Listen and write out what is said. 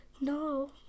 no